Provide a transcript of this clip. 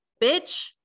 bitch